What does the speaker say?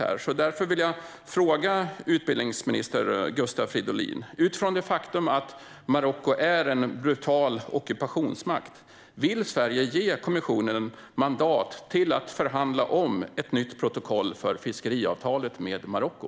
Utifrån det faktum att Marocko är en brutal ockupationsmakt vill jag därför fråga utbildningsminister Gustav Fridolin: Vill Sverige ge kommissionen mandat att förhandla om ett nytt protokoll för fiskeavtalet med Marocko?